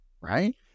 right